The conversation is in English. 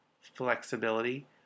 flexibility